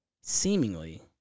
seemingly